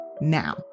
now